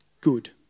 Good